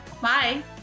bye